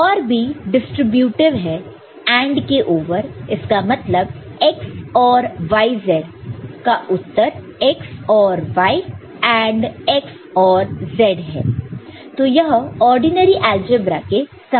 OR भी distributive है AND के ओवर इसका मतलब x OR yz उत्तर x OR y AND x OR z है